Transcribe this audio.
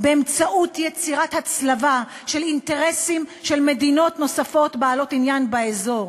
באמצעות יצירת הצלבה של אינטרסים של מדינות נוספות בעלות עניין באזור,